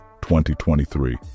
2023